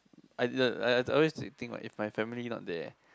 I didn't I I I always think like if my family not there